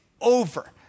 over